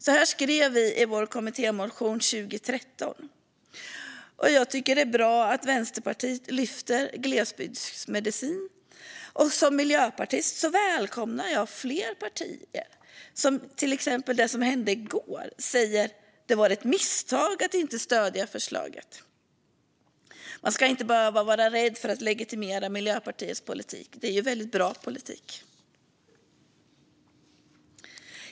Så skrev vi i en kommittémotion 2013. Jag tycker att det är bra att Vänsterpartiet lyfter glesbygdsmedicin, och som miljöpartist välkomnar jag fler partier att, precis som skedde i går, säga: Det var ett misstag att inte stödja förslaget. Man ska inte behöva vara rädd för att legitimera Miljöpartiets politik - det är ju väldigt bra politik.